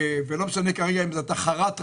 ולא משנה כרגע אם זה חרט,